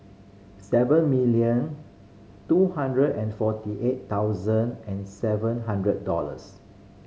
seven million two hundred and forty eight thousand and seven hundred dollars